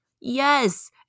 Yes